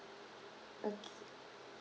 okay